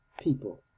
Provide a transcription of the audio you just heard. people